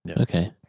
Okay